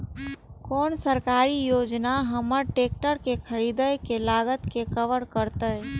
कोन सरकारी योजना हमर ट्रेकटर के खरीदय के लागत के कवर करतय?